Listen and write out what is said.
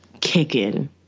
kicking